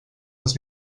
les